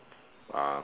uh